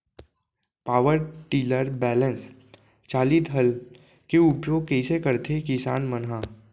Power tiller balance चालित हल के उपयोग कइसे करथें किसान मन ह?